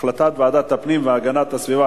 החלטת ועדת הפנים והגנת הסביבה,